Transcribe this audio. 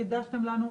חידשתם לנו.